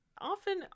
often